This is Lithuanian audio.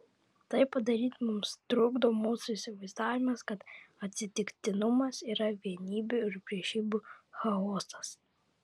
tai padaryti mums trukdo mūsų įsivaizdavimas kad atsitiktinumas yra vienybių ir priešybių chaosas